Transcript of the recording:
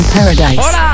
Paradise